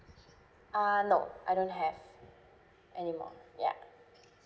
uh no I don't have anymore ya